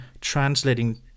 translating